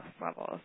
levels